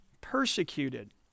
persecuted